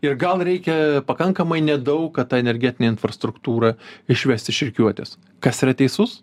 ir gal reikia pakankamai nedaug kad tą energetinę infrastruktūrą išvest iš rikiuotės kas yra teisus